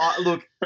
look